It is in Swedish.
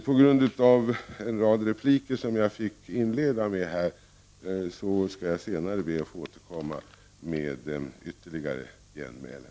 På grund av att jag fick inleda detta anförande med att bemöta en rad inlägg skall jag be att få återkomma med ytterligare genmälen.